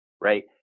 right